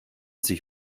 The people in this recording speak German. sich